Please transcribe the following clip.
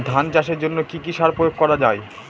ধান চাষের জন্য কি কি সার প্রয়োগ করা য়ায়?